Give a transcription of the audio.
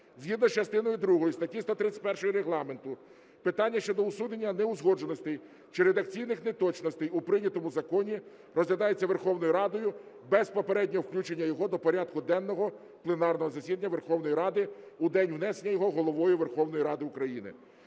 Згідно з частиною другою статті 131 Регламенту питання щодо усунення неузгодженостей чи редакційних неточностей у прийнятому законі розглядається Верховною Радою без попереднього включення його до порядку денного пленарного засідання Верховної Ради у день внесення його Головою Верховної Ради України.